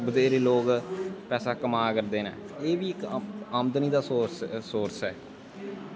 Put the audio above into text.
बत्हेरे लोग पैसा कमा करदे न एह्बी इक्क आमदनी दा सोर्स ऐ